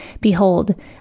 Behold